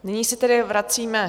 Nyní se tedy vracíme...